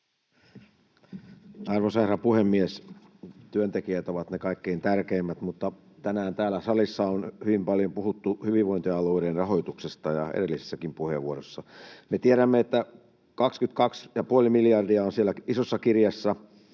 Arvoisa herra puhemies! Työntekijät ovat ne kaikkein tärkeimmät, mutta tänään täällä salissa on hyvin paljon puhuttu hyvinvointialueiden rahoituksesta kuten edellisessäkin puheenvuorossa. Me tiedämme, että 22,5 miljardia on siellä isossa kirjassa,